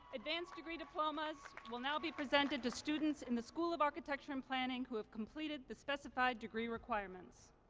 advanced degree diplomas will now be presented to students in the school of architecture and planning who have completed the specified degree requirements.